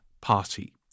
party